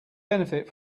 benefit